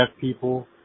people